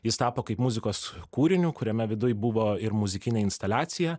jis tapo kaip muzikos kūriniu kuriame viduj buvo ir muzikinė instaliacija